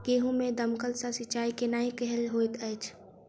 गेंहूँ मे दमकल सँ सिंचाई केनाइ केहन होइत अछि?